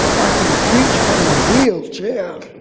i can preach from a wheelchair.